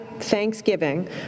Thanksgiving